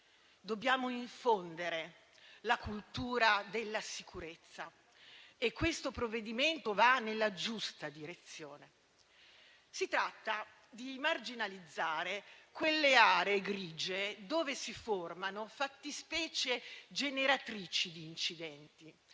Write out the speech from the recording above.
Dobbiamo infondere la cultura della sicurezza e questo provvedimento va nella giusta direzione. Si tratta di marginalizzare quelle aree grigie dove si formano fattispecie generatrici di incidenti